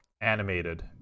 animated